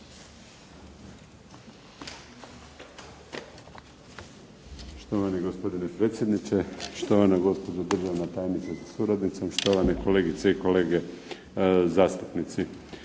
Štovani gospodine predsjedniče, štovana gospođo državna tajnice sa suradnicom, štovane kolegice i kolege zastupnici.